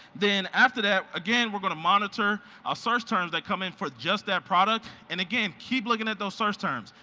then after that, again, we're going to monitor our search terms that come in for just that product and again, keep looking at those search terms.